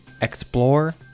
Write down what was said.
explore